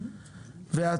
התשפ"א-2021,